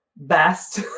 best